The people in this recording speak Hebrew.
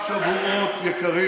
כבר ראינו,